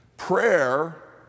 Prayer